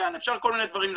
כן, אפשר כל מיני דברים לקצר,